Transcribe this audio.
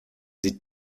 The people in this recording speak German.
sie